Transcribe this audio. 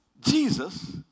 Jesus